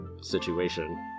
situation